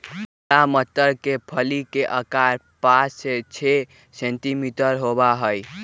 हरा मटर के फली के आकार पाँच से छे सेंटीमीटर होबा हई